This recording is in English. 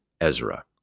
Ezra